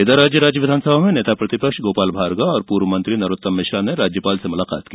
इधर आज राज्य विधानसभा में नेता प्रतिपक्ष गोपाल भार्गव और पूर्व मंत्री नरोत्तम मिश्रा ने राज्यपाल से मुलाकात की